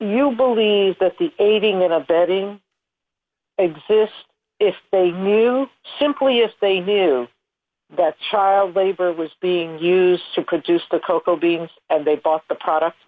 you believe that the aiding and abetting exist if they knew simply if they knew that child labor was being used to produce the cocoa beans and they bought the product